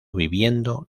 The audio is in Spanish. viviendo